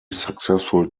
successful